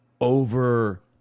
over